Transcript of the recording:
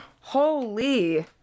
holy